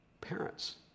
parents